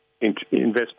investment